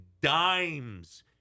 dimes